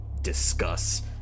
Discuss